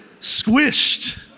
squished